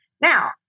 Now